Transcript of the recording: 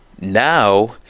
Now